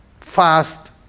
fast